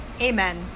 Amen